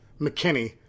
McKinney